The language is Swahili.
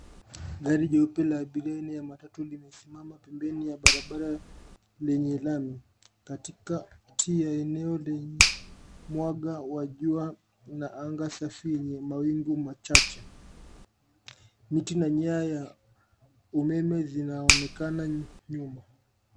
Gari jeupe la abiria aina ya matatu limesimama pembeni ya barabara lenye lami, katikati ya eneo lenye mwanga wa jua na anga safi yenye mawingu machache. Miti na nyaya umeme zinaonekana nyuma.